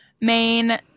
main